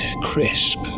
crisp